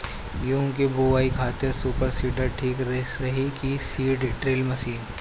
गेहूँ की बोआई खातिर सुपर सीडर ठीक रही की सीड ड्रिल मशीन?